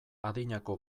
adinako